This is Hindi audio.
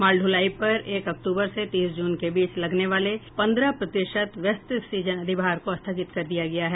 माल दुलाई पर एक अक्टूबर से तीस जून के बीच लगने वाले पन्द्रह प्रतिशत व्यस्त सीजन अधिभार को स्थगित कर दिया गया है